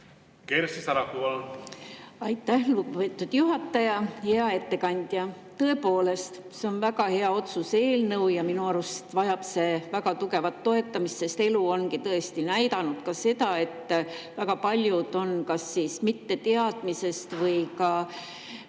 Kersti Sarapuu, palun! Aitäh, lugupeetud juhataja! Hea ettekandja! Tõepoolest, see on väga hea otsuse-eelnõu ja minu arust vajab see väga tugevat toetamist, sest elu on tõesti näidanud ka seda, et väga paljud on kas teadmatusest või